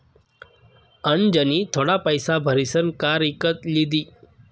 अनुजनी थोडा पैसा भारीसन कार इकत लिदी